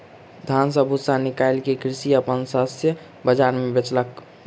धान सॅ भूस्सा निकाइल के कृषक अपन शस्य बाजार मे बेचलक